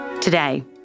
Today